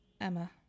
Emma